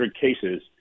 cases